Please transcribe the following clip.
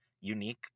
unique